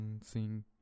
sing